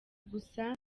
gusa